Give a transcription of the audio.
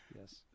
Yes